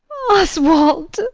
oswald!